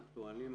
אקטואליים,